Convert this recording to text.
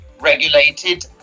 regulated